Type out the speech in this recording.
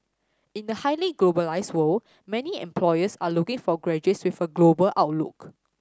in a highly globalised world many employers are looking for graduates with a global outlook